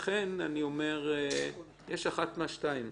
לכן, אני אומר שיש אחת מהשתיים,